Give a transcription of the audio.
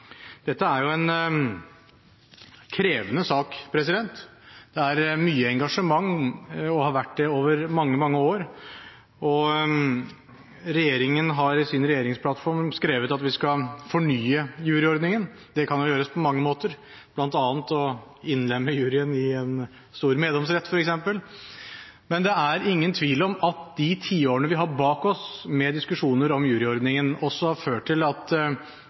Dette er en krevende sak. Det er mye engasjement – og har vært det over mange, mange år – og regjeringen har i sin regjeringsplattform skrevet at vi skal fornye juryordningen. Det kan vel gjøres på mange måter, bl.a. ved å innlemme juryen i en stor meddomsrett f.eks., men det er ingen tvil om at de tiårene vi har bak oss med diskusjoner om juryordningen, også har ført til at